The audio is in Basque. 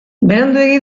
beranduegi